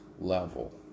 level